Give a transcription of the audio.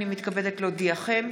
הינני מתכבדת להודיעכם,